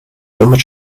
somit